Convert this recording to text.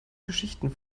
geschichten